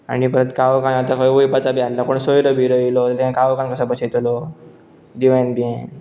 आनी परत काळोखान आतां खंय वयपाचां बी आहला कोणूय सोयरो बियरो येयलो तेंकां काळोखान कसां बसयतलो दिव्यान बिव्यान